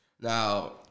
Now